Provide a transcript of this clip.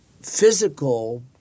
physical